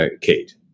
Kate